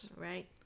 Right